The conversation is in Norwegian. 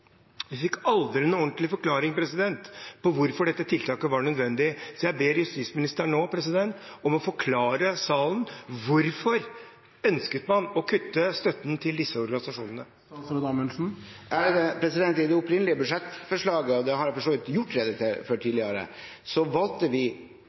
Vi fikk aldri noen ordentlig forklaring på hvorfor dette tiltaket var nødvendig, så jeg ber justisministeren om nå å forklare salen hvorfor man ønsket å kutte støtten til disse organisasjonene. I det opprinnelige budsjettforslaget – og dette har jeg for så vidt gjort rede for